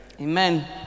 Amen